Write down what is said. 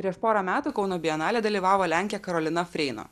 prieš porą metų kauno bienalėje dalyvavo lenkė karolina freino